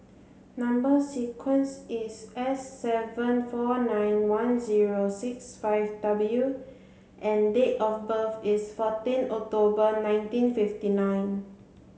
number sequence is S seven four nine one zero six five W and date of birth is fourteen October nineteen fifty nine